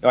Det